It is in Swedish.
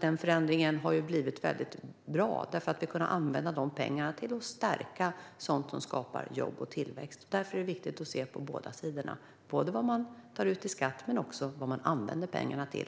Den förändringen har blivit bra eftersom vi har använt pengarna till att stärka sådant som skapar jobb och tillväxt. Därför är det viktigt att se på båda sidorna, både vad som tas ut i skatt och vad pengarna används till.